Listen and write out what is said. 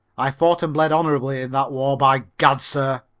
i fought and bled honorably in that war, by gad, sir!